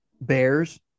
Bears